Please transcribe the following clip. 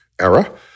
era